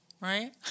right